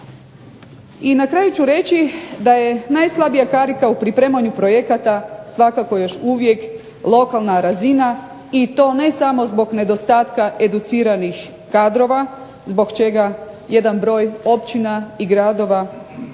I na kraju ću reći da je najslabija karika u pripremanju projekata svakako još uvijek lokalna razina i to ne samo zbog nedostatka educiranih kadrova zbog čega jedan broj općina i gradova uopće